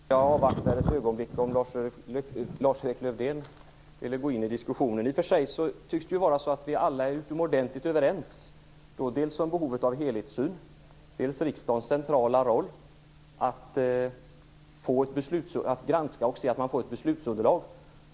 Fru talman! Jag avvaktade ett ögonblick om Lars Erik Lövdén ville gå in i diskussionen. Det tycks vara så att vi alla är utomordentligt överens dels om behovet av en helhetssyn, dels om riksdagens centrala roll att granska och se till att man får ett beslutsunderlag.